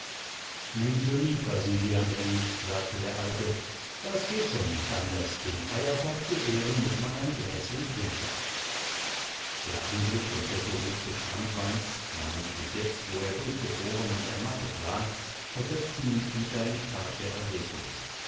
nimm fürlieb wasili andrejitsch sagte der alte das geht schon nicht anders dem feiertag zu ehren muß man ein gläschen trinken der anblick und der geruch des branntweins namentlich jetzt wo er durchgefroren und ermattet war versetzten nikita in starke erregung